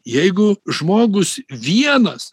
jeigu žmogus vienas